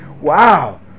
wow